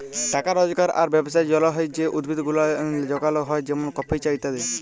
টাকা রজগার আর ব্যবসার জলহে যে উদ্ভিদ গুলা যগাল হ্যয় যেমন কফি, চা ইত্যাদি